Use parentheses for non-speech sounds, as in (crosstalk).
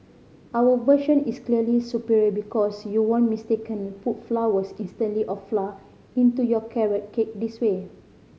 our version is clearly superior because you won't mistakenly put flowers (unintelligible) of flour into your carrot cake this way